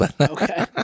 Okay